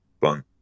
fun